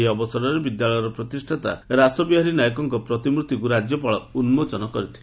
ଏହି ଅବସରେ ବିଦ୍ୟାଳୟର ପ୍ରତିଷାତା ରାସବିହାରୀ ନାୟକଙ୍ଙ ପ୍ରତିମର୍ଭିକ୍ ରାକ୍ୟପାଳ ଉନ୍କୋଚନ କରିଥିଲେ